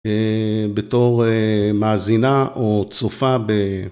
בתור מאזינה או צופה ב...